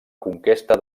conquesta